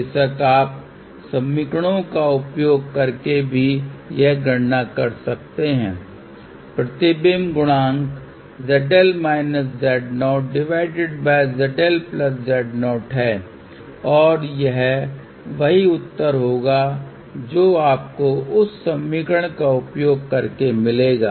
बेशक आप समीकरणों का उपयोग करके भी यह गणना कर सकते हैं प्रतिबिंब गुणांक Γ ZL−Z0 ZLZ0 हैं और यह वही उत्तर होगा जो आपको उस समीकरण का उपयोग करके मिलेगा